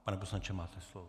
Pane poslanče, máte slovo.